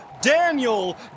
Daniel